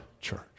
church